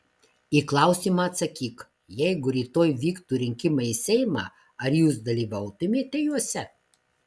į klausimą atsakyk jeigu rytoj vyktų rinkimai į seimą ar jūs dalyvautumėte juose